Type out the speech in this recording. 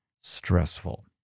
stressful